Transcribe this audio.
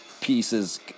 pieces